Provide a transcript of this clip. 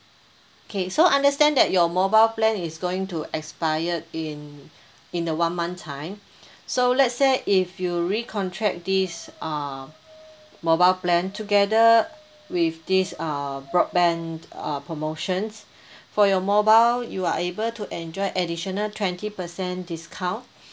okay so understand that your mobile plan is going to expire in in a one month time so let say if you re-contract this uh mobile plan together with this uh broadband uh promotions for your mobile you are able to enjoy additional twenty percent discount